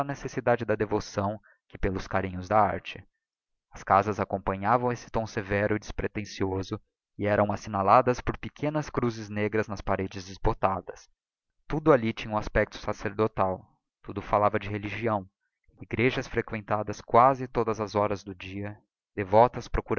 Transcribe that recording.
necessidade da devoção que pelos carinhos da arte as casas acompanhavam esse tomi severo e despretencioso e eram assignaladas por pequenas cruzes negras nas paredes desbotadas tudo alli tinha um aspecto sacerdotal tudo falava de religião egrejas frequentadas quasi todas as horas do dia devotas